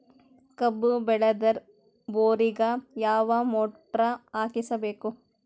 ಕಬ್ಬು ಬೇಳದರ್ ಬೋರಿಗ ಯಾವ ಮೋಟ್ರ ಹಾಕಿಸಬೇಕು?